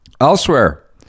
Elsewhere